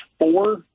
four